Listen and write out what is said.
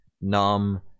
Numb